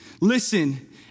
Listen